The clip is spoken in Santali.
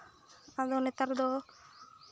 ᱟᱫᱚ ᱱᱮᱛᱟᱨ ᱫᱚ